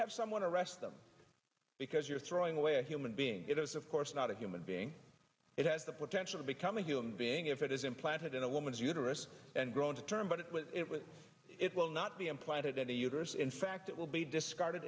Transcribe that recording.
have someone arrest them because you're throwing away a human being it is of course not a human being it has the potential to become a human being if it is implanted in a woman's uterus and grown to term but it will it with it will not be implanted in the uterus in fact it will be discarded